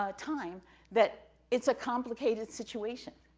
ah time that it's a complicated situation.